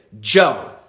Joe